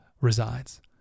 resides